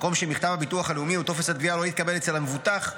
מקום שמכתב הביטוח הלאומי או טופס התביעה לא התקבלו אצל המבוטח,